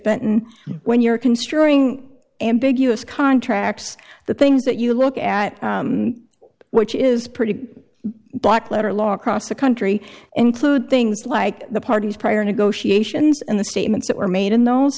benton when you're considering ambiguous contracts the things that you look at which is pretty black letter law across the country include things like the parties prior negotiations and the statements that were made in th